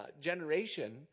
generation